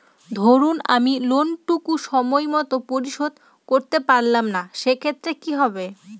ধরুন আমি লোন টুকু সময় মত পরিশোধ করতে পারলাম না সেক্ষেত্রে কি হবে?